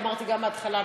אמרתי גם בהתחלה,